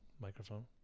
microphone